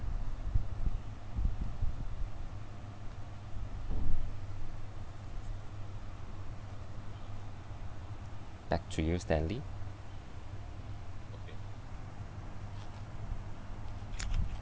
back to you stanley